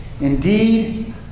indeed